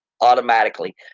automatically